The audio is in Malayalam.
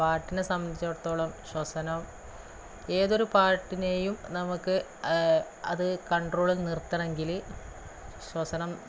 പാട്ടിനെ സംബന്ധിച്ചിടത്തോളം ശ്വസനം ഏതൊരു പാട്ടിനേയും നമുക്ക് അത് കണ്ട്രോളില് നിര്ത്തണമെങ്കിൽ ശ്വസനം